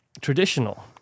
traditional